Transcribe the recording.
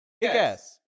Yes